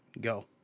go